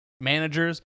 managers